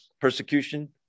Persecution